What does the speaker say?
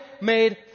made